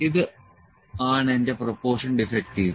ഇത് ആണ് എന്റെ പ്രൊപോർഷൻ ഡിഫെക്ടിവ്